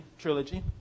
trilogy